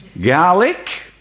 garlic